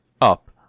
up